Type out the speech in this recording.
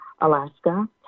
Alaska